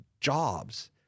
jobs